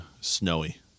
snowy